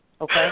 Okay